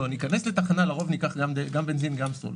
אנחנו ניכנס לתחנה ואנחנו לרוב ניקח גם בנזין וגם סולר.